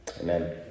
Amen